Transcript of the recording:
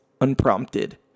unprompted